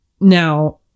Now